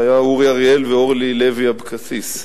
היו אורי אריאל ואורלי לוי אבקסיס.